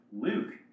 Luke